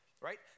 right